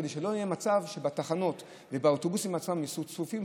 כדי שלא יהיה מצב שבתחנות ובאוטובוסים עצמם ייסעו צפופים,